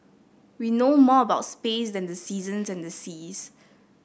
we know more about space than the seasons and the seas